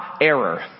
Error